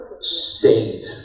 state